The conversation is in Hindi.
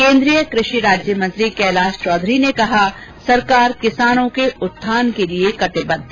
केन्द्रीय कृषि राज्यमंत्री कैलाश चौधरी ने कहा सरकार किसानों के उत्थान के लिए कटिबद्ध